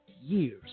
years